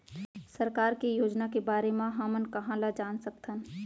सरकार के योजना के बारे म हमन कहाँ ल जान सकथन?